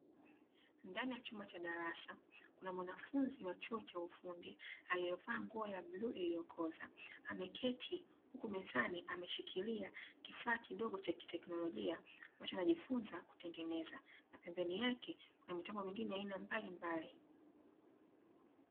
Ndani ya chumba cha darasa, kuna mwanafunzi wa chuo cha ufundi aliyevaa nguo ya bluu ilyokoza, ameketi huku mezani ameshikilia Kifaa kidogo cha kiteknolojia ambacho anajifunza kutengeneza. Na pembeni yake kuna mitambo mingine aina mbalimbali.